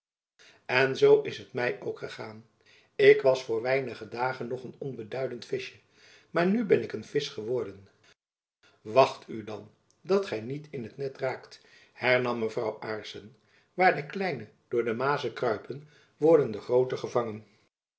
en zoo is het my ook gegaan ik was voor weinige dagen nog een onbeduidend vischjen maar nu ben ik een visch geworden wacht u dan dat gy niet in't net raakt hernam mevrouw aarssen waar de kleinen door de mazen kruipen worden de grooten gevangen